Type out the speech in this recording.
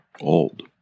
old